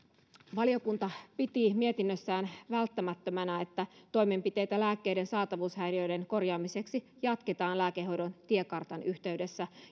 valiokunta piti mietinnössään välttämättömänä että toimenpiteitä lääkkeiden saatavuushäiriöiden korjaamiseksi jatketaan lääkehoidon tiekartan yhteydessä